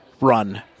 run